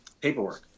paperwork